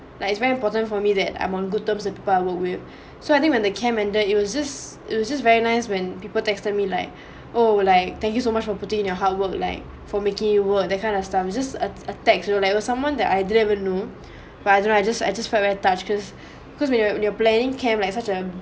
like it's very important for me that I'm on good terms with people I work with so I think when they came and that it was just it was just very nice when people text me like oh like thank you so much for putting in your hard work like for making it work that kind of stuff just a a text you know like it was someone that I didn't ever know but I don't know I just I just felt very touched cause cause when you're planning camp such a